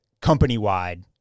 company-wide